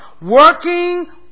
Working